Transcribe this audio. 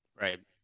Right